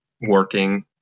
working